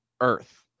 earth